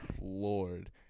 Lord